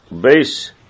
base